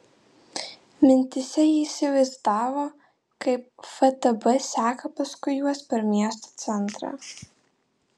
mintyse ji įsivaizdavo kaip ftb seka paskui juos per miesto centrą